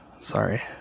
Sorry